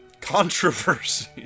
controversy